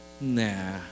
Nah